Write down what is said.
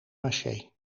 maché